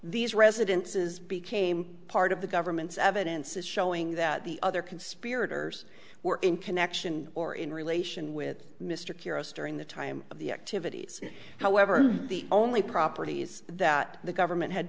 these residences became part of the government's evidence is showing that the other conspirators were in connection or in relation with mr curious during the time of the activities however the only properties that the government had